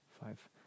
five